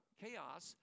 chaos